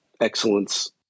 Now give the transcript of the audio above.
excellence